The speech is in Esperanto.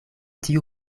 tiu